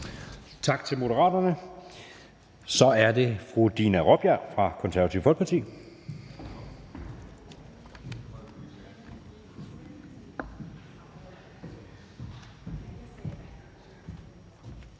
Tak til Moderaterne. Så er det fru Dina Raabjerg fra Det Konservative Folkeparti.